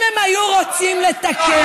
אם הם היו רוצים לתקן,